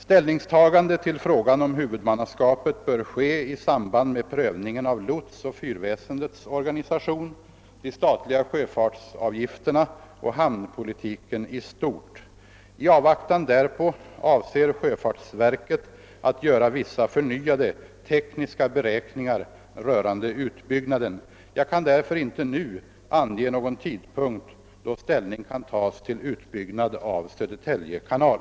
Ställningstagande till frågan om huvudmannaskapet bör ske i samband med prövningen av lotsoch fyrväsendets organisation, de statliga sjöfartsavgifterna och hamnpolitiken i stort. I avvaktan därpå avser sjöfartsverket att göra vissa förnyade tekniska beräkningar rörande utbyggnaden. Jag kan därför inte nu ange någon tidpunkt då ställning kan tas till utbyggnad av Södertälje kanal.